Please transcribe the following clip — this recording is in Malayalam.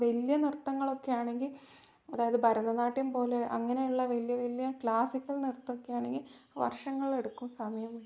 വലിയ നിർത്തങ്ങളൊക്കെ ആണെങ്കിൽ അതായത് ഭാരതനാട്യം പോലെ അങ്ങനെയുള്ള വല്യ വലിയ ക്ലാസ്സിക്കൽ നിർത്തമൊക്കെ ആണെങ്കിൽ വർഷങ്ങൾ എടുക്കും സമയം